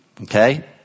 Okay